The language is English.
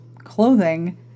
clothing